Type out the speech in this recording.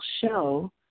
show